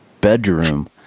bedroom